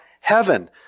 heaven